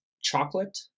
chocolate